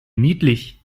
niedlich